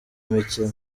imikino